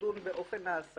לדון באופן ההעסקה,